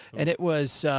and it was,